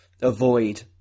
Avoid